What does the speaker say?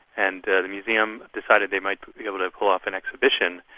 and the museum decided they might be able to pull off an exhibition,